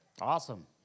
Awesome